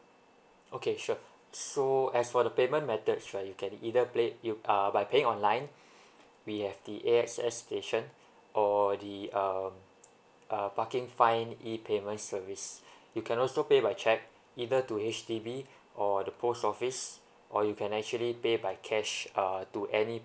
okay sure so as for the payment methods right you can either pay you uh by paying online we have the A_X_S station or the uh uh parking fine e payments service you can also pay by check either to H_D_B or the post office or you can actually pay by cash uh to any